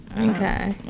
Okay